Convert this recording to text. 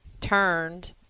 turned